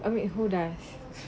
I mean who does